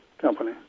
company